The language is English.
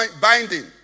binding